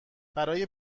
برای